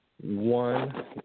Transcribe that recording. One